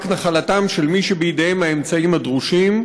נחלתם של מי שבידיהם האמצעים הדרושים,